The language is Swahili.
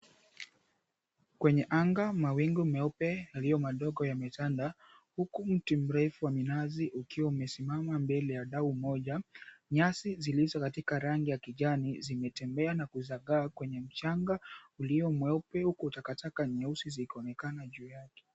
Kwenye anga mawingu meupe yalio madogo yametanda huku mti mrefu wa minazi ukiwa umesimama mbele ya dau moja. Nyasi zilizo katika rangi ya kijani zimetembea na kuzagaa kwenye mchanga ulio mweupe huku takataka nyeusi zikionekana juu yake.